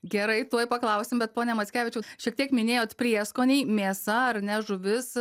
gerai tuoj paklausim bet pone mackevičiau šiek tiek minėjot prieskoniai mėsa ar ne žuvis